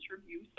Review